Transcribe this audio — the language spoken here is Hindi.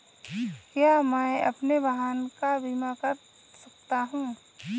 क्या मैं अपने वाहन का बीमा कर सकता हूँ?